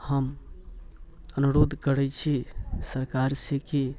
हम अनुरोध करै छी सरकारसँ कि